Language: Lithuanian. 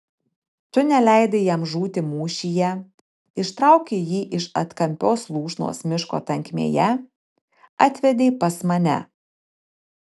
tu neleidai jam žūti mūšyje ištraukei jį iš atkampios lūšnos miško tankmėje atvedei pas mane